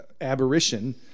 aberration